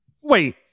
Wait